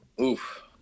Oof